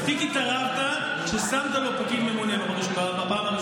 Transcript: מספיק התערבת כששמת לו פקיד ממונה בפעם הראשונה.